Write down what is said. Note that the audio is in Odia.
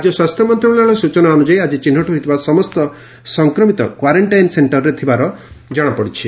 ରାଜ୍ୟ ସ୍ୱାସ୍ଥ୍ୟ ମନ୍ତଣାଳୟ ସୂଚନା ଅନୁଯାୟୀ ଆଜି ଚିହ୍ଦଟ ହୋଇଥିବା ସମସ୍ତ ସଂକ୍ରମିତ କ୍ୱାରେକ୍କାଇନ୍ ସେକ୍କରରେ ଥିବା ଜଣାପଡିଛି